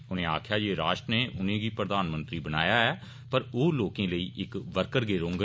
उनें आक्खेया जे राष्ट्र नै उनें गी प्रधानमंत्री बनाया ऐ पर ओह लोकें लेई इक वर्कर गै रौहऽन